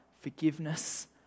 forgiveness